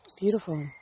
Beautiful